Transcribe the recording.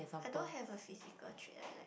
I don't have a physical trait I like